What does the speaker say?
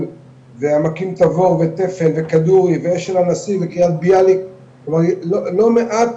ועמקים תבור ותפן וכדורי ואשל הנשיא וקריית ביאליק הם לא מעט